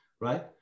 right